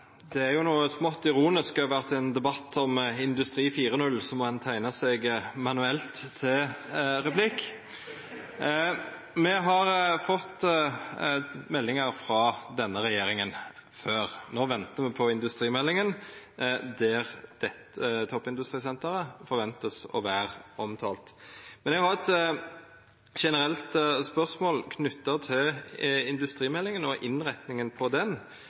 jo noko smått ironisk over at ein i ein debatt om industri 4.0 må teikna seg manuelt til replikk! Me har fått meldingar frå denne regjeringa før. Nå ventar me på industrimeldinga, og ein forventar at dette toppindustrisenteret skal verta omtalt der. Men eg har eit generelt spørsmål knytt til industrimeldinga og innretninga på den,